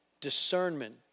discernment